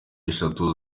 eshatu